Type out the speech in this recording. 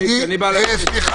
מצדי --- אין לי ברירה --- סליחה.